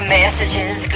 messages